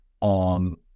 On